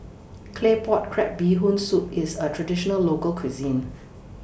Claypot Crab Bee Hoon Soup IS A Traditional Local Cuisine